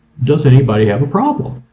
does anybody have a problem?